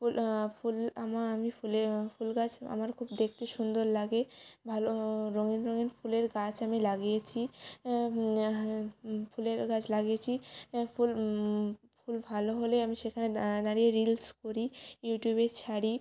ফুল ফুল আমার আমি ফুলে ফুল গাছ আমার খুব দেখতে সুন্দর লাগে ভালো রঙিন রঙিন ফুলের গাছ আমি লাগিয়েছি ফুলের গাছ লাগিয়েছি ফুল ফুল ভালো হলে আমি সেখানে দাঁড়িয়ে রিলস করি ইউটিউবে ছাড়ি